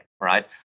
right